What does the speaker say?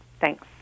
Thanks